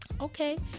Okay